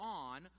on